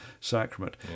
sacrament